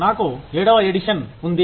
నాకు ఏడవ ఎడిషన్ ఉంది